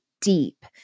deep